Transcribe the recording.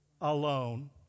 alone